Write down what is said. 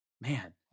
Man